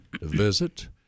visit